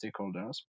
stakeholders